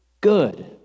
good